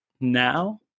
now